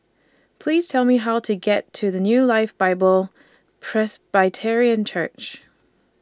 Please Tell Me How to get to The New Life Bible Presbyterian Church